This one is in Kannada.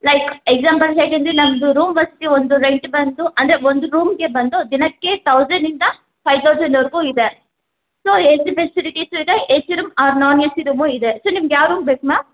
ಲೈಕ್ ಎಕ್ಸಾಂಪಲ್ ಹೇಗಂದರೆ ನಮ್ಮದು ರೂಮಸ್ಗೆ ಒಂದು ರೆಂಟ್ ಬಂದು ಅಂದರೆ ಒಂದು ರೂಮ್ಗೆ ಬಂದು ದಿನಕ್ಕೆ ಥೌಸಂಡಿಂದ ಫೈವ್ ಥೌಸಂಡ್ವರೆಗೂ ಇದೆ ಸೊ ಎ ಸಿ ಫೆಸಿಲಿಟೀಸ್ ಇದೆ A C room or non A C room ಇದೆ ಸೊ ನಿಮಗೆ ಯಾವ ರೂಮ್ ಬೇಕು ಮ್ಯಾಮ್